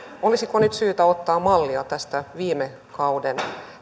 olisiko nyt syytä ottaa mallia tästä viime kauden